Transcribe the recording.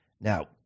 Now